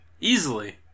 Easily